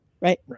right